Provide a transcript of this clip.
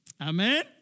Amen